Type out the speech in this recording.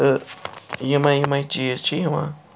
تہٕ یِمے یِمے چیٖز چھِ یِوان